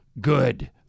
good